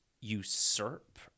usurp